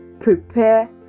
prepare